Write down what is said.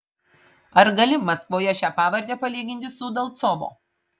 ar gali maskvoje šią pavardę palyginti su udalcovo